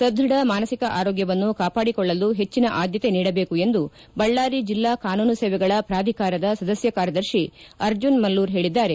ಸಧ್ವದ ಮಾನಸಿಕ ಆರೋಗ್ಯವನ್ನು ಕಾಪಾಡಿಕೊಳ್ಳಲು ಹೆಚ್ಚಿನ ಆದ್ಯತೆ ನೀಡಬೇಕು ಎಂದು ಬಳ್ಳಾರಿ ಜಿಲ್ಲಾ ಕಾನೂನು ಸೇವೆಗಳ ಪ್ರಾಧಿಕಾರದ ಸದಸ್ಯ ಕಾರ್ಯದರ್ಶಿ ಅರ್ಜುನ್ ಮಲ್ಲೂರ್ ಹೇಳಿದ್ದಾರೆ